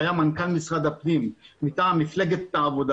שהיה מנכ"ל משרד הפנים מטעם מפלגת העבודה